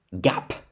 gap